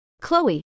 Chloe